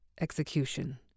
execution